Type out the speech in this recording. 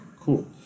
Cool